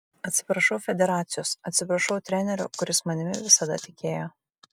atsiprašau federacijos atsiprašau trenerio kuris manimi visada tikėjo